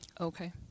Okay